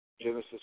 Genesis